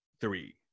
three